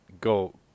go